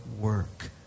work